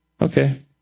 Okay